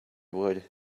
wood